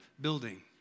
building